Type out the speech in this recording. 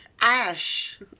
Ash